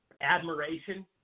admiration